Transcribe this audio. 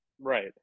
Right